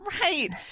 Right